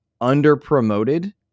under-promoted